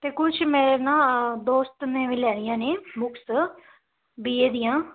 ਤੇ ਕੁਝ ਮੇਰੇ ਨਾ ਦੋਸਤ ਨੇ ਵੀ ਲੈਣੀਆਂ ਨੇ ਬੁਕਸ ਬੀ ਏ ਦੀਆਂ